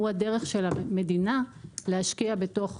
הוא הדרך של המדינה להשקיע בתור